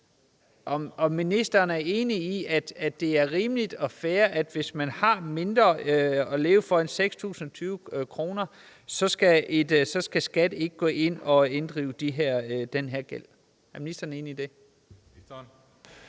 om ministeren er enig i, at det er rimeligt og fair, at hvis man har mindre at leve for end 6.020 kr., skal SKAT ikke gå ind og inddrive den her gæld. Er ministeren enig i det?